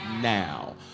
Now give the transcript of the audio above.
now